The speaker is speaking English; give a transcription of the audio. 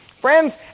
Friends